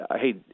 hey